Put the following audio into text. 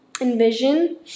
envision